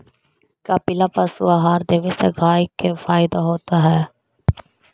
कपिला पशु आहार देवे से गाय के फायदा होतै का?